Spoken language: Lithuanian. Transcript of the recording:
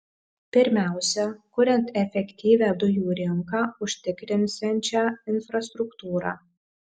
pirmiausia kuriant efektyvią dujų rinką užtikrinsiančią infrastruktūrą